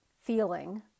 feeling